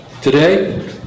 Today